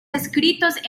escritos